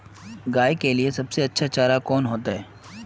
गाय के लिए सबसे अच्छा चारा कौन होते?